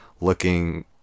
looking